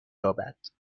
یابد